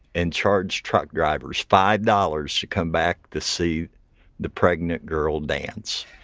and charged truck drivers five dollars to come back to see the pregnant girl dance.